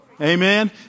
Amen